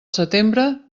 setembre